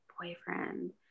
boyfriend